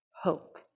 hope